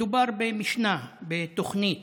מדובר במשנה, בתוכנית